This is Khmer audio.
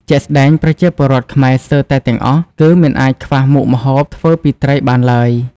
ជាក់ស្តែង ប្រជាពលរដ្ឋខ្មែរស្ទើរតែទាំងអស់ គឺមិនអាចខ្វះមុខម្ហូបធ្វើពីត្រីបានឡើយ។